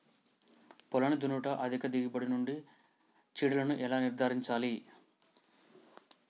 పొలాన్ని దున్నుట అధిక దిగుబడి నుండి చీడలను ఎలా నిర్ధారించాలి?